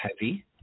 heavy